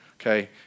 okay